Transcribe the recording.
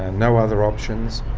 and no other options,